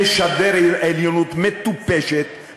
משדר עליונות מטופשת,